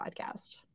podcast